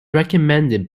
recommended